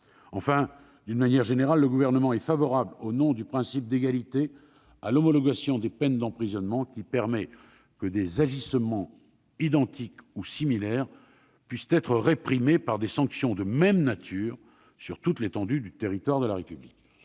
Enfin, d'une manière générale, le Gouvernement est favorable, au nom du principe d'égalité, à l'homologation des peines d'emprisonnement, qui permet que des agissements identiques ou similaires soient réprimés par des sanctions de même nature, sur toute l'étendue du territoire de la République.